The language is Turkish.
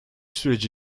süreci